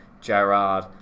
Gerard